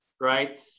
right